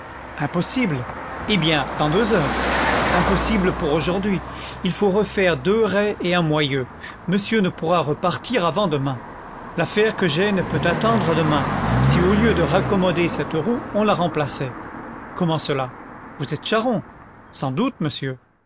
impossible eh bien dans deux heures impossible pour aujourd'hui il faut refaire deux rais et un moyeu monsieur ne pourra repartir avant demain l'affaire que j'ai ne peut attendre à demain si au lieu de raccommoder cette roue on la remplaçait comment cela vous êtes charron sans doute monsieur